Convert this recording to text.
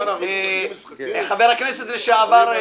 למה רק פרסום?